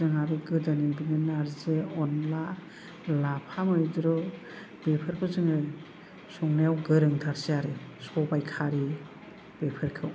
जों आरो गोदोनि बेनो नार्जि अनला लाफा मैद्रु बेफोरखौ जोङो संनायाव गोरोंथारसै आरो सबाय खारि बेफोरखौ